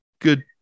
good